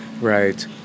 Right